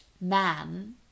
man